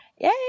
Yay